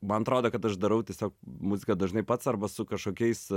man atrodo kad aš darau tiesiog muziką dažnai pats arba su kažkokiais